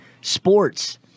sports